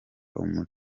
umucanga